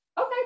Okay